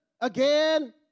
again